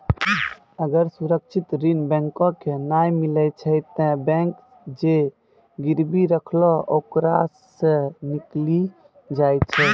अगर सुरक्षित ऋण बैंको के नाय मिलै छै तै बैंक जे गिरबी रखलो ओकरा सं निकली जाय छै